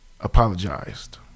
apologized